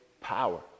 power